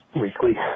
weekly